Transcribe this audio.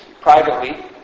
privately